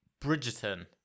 Bridgerton